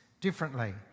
differently